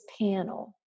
panel